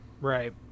right